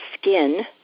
skin